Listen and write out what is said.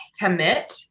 commit